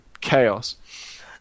chaos